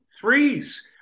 threes